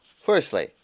firstly